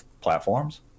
platforms